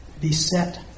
beset